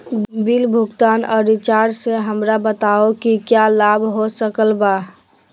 Bill भुगतान और recharge से हमरा बताओ कि क्या लाभ हो सकल बा?